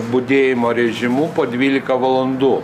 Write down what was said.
budėjimo režimu po dvylika valandų